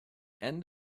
end